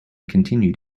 continued